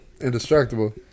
Indestructible